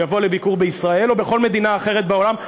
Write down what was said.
יבוא לביקור בישראל או בכל מדינה אחרת בעולם,